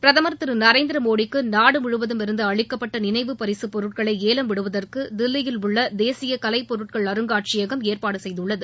பிரதமர் திரு நரேந்திர மோடிக்கு நாடு முழுவதும் இருந்து அளிக்கப்பட்ட நினைவு பரிகப் பொருட்களை ஏலம் விடுவதற்கு தில்லியில் உள்ள தேசிய கலைப் பொருட்கள் அருங்காட்சியகம் ஏற்பாடு செய்துள்ளது